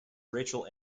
rachel